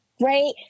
right